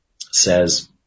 says